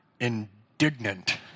indignant